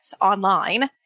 online